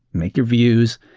make your views,